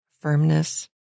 firmness